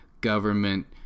government